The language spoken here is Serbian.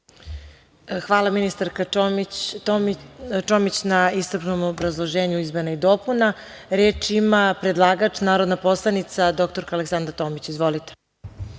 Hvala ministarka Čomić na iscrpnom obrazloženju izmena i dopuna. Reč ima predlagač, narodna poslanica, dr Aleksandra Tomić. Izvolite.